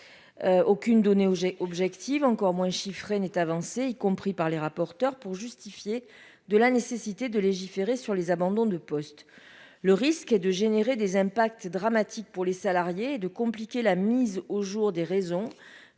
aucune donnée objective, encore moins chiffré n'est avancé, y compris par les rapporteurs pour justifier de la nécessité de légiférer sur les abandons de poste, le risque est de générer des impacts dramatiques pour les salariés et de compliquer la mise au jour des raisons